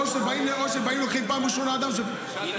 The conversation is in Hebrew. או שבאים ולוקחים פעם ראשונה אדם --- ינון,